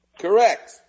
Correct